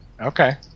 Okay